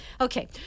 okay